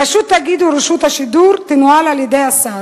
פשוט תגידו: רשות השידור תנוהל על-ידי השר.